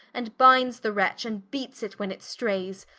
and binds the wretch, and beats it when it strayes,